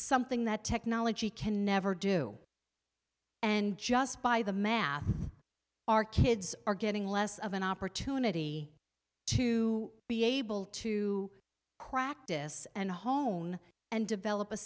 something that technology can never do and just by the math our kids are getting less of an opportunity to be able to practice and hone and develop a